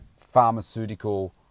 pharmaceutical